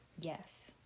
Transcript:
yes